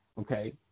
okay